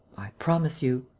i promise you.